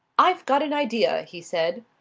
i've got an idea, he said.